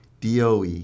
DOE